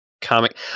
comic